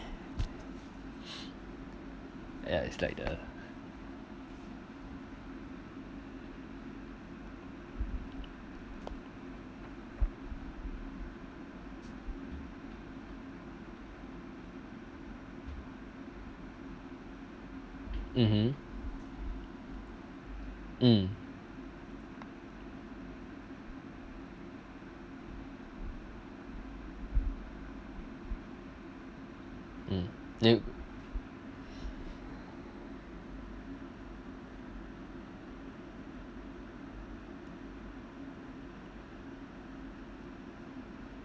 ya it's like the mmhmm mm mm you